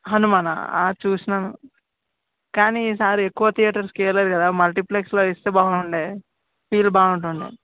హనుమానా ఆ చూసినాను కానీ ఈసారి ఎక్కువ థియేటర్స్కి ఇవ్వలేదు కదా మల్టీప్లెక్స్లో వేస్తే బాగుండే ఫీల్ బాగా ఉంటుండే